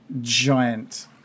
giant